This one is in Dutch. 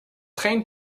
geen